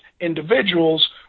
individuals